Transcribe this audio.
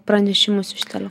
pranešimus iš telio